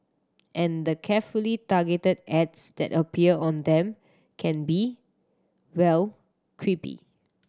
and the carefully targeted ads that appear on them can be well creepy